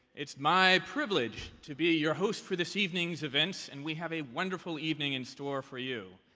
it's my privilege to be your host for this evening's events. and we have a wonderful evening in store for you.